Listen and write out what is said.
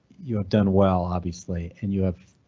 you have done well, obviously and you have.